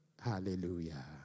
Hallelujah